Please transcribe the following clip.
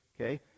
Okay